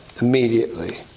immediately